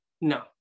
No